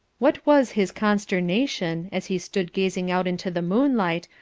what was his consternation, as he stood gazing out into the moonlight,